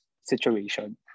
situation